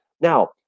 Now